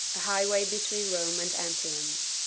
a highway between rome and antium.